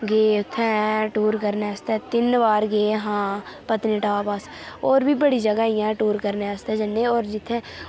गे उ'त्थें टूर करने आस्तै तिन्न बार गे हां पत्नीटॉप अस होर बी बड़ी जगह इ'यां टूर करने आस्तै जन्ने होर जि'त्थें